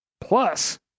Plus